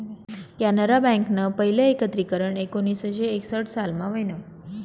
कॅनरा बँकनं पहिलं एकत्रीकरन एकोणीसशे एकसठ सालमा व्हयनं